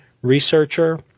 researcher